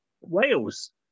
Wales